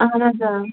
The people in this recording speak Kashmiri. اَہَن حظ اۭں